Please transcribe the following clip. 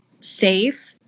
safe